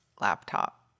laptop